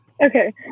Okay